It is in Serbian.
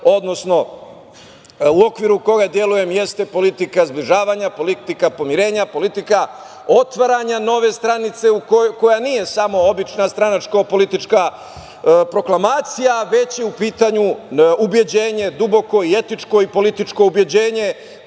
odnosno u okviru koga delujem jeste politika zbližavanja, politika pomirenja, politika otvaranja nove stranice koja nije samo obična stranačko-politička proklamacija, već je u pitanju ubeđenje duboko, etičko i političko ubeđenje